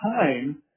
time